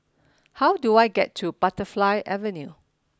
how do I get to Butterfly Avenue